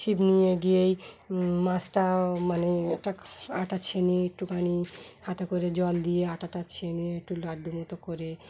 ছিপ নিয়ে গিয়েই মাছটা মানে একটা আটা ছড়িয়ে একটুখানি হাতে করে জল দিয়ে আটা ছেড়ে একটু লাড্ডু মতো করে